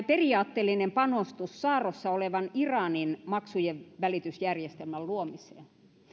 periaatteellinen panostus saarrossa olevan iranin maksujenvälitysjärjestelmän luomiseen